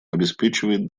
обеспечивает